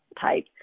type